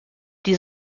die